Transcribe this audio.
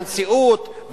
הנשיאות,